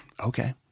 okay